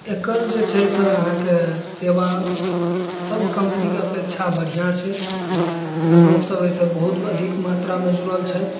एकर जे छै से अहाँके सेवा सब कम्पनीके अपेक्षा बढ़िऑं छै आ लोक सब एहिसँ बहुत अधिक मात्रामे जुड़ल छथि